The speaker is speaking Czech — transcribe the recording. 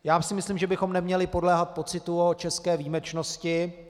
Já si myslím, že bychom neměli podléhat pocitu o české výjimečnosti.